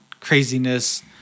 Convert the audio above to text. craziness